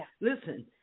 Listen